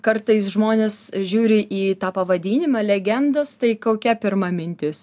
kartais žmonės žiūri į tą pavadinimą legendos tai kokia pirma mintis